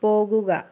പോകുക